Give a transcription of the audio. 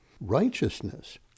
Righteousness